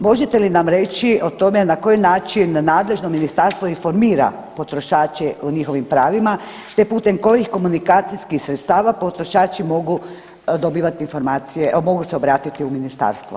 Možete li nam reći o tome na koji način nadležno ministarstvo informira potrošače u njihovim pravima te putem kojih komunikacijskih sredstava potrošači mogu dobivati informacije, mogu se obratiti u Ministarstvo?